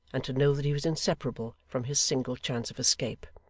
and to know that he was inseparable from his single chance of escape.